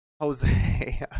Jose